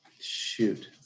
Shoot